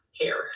care